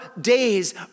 days